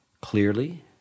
clearly